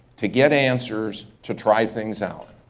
to get answers, to try things out?